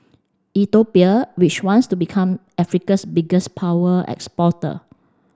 Ethiopia which wants to become Africa's biggest power exporter